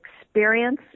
experience